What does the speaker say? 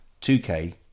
2K